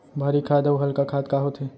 भारी खाद अऊ हल्का खाद का होथे?